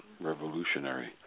revolutionary